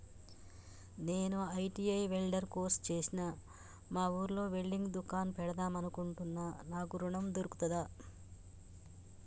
నేను ITI welder course చేశ్న మా ఊర్లో వెల్డింగ్ దుకాన్ పెడదాం అనుకుంటున్నా నాకు ఋణం దొర్కుతదా?